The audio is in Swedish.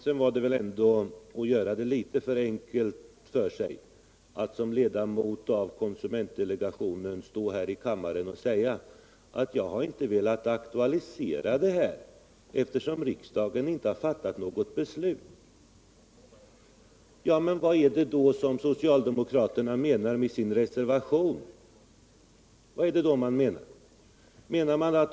Sedan var det väl ändå att göra det litet för enkelt för sig när fru Lundblad som ledamot av konsumentdelegationen står här i kammaren och säger att hon inte har velat aktualisera de uppräknade förslagen, eftersom riksdagen inte har fattat något beslut. Vad är det då som socialdemokraterna menar med sin reservation?